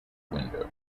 window